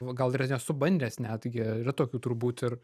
gal ir nesu bandęs netgi yra tokių turbūt ir